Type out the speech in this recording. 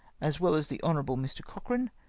as well as the hon. mr. cochrane,